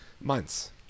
months